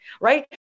right